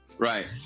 Right